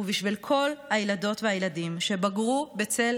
ובשביל כל הילדות והילדים שבגרו בצל